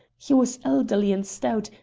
he was elderly and stout,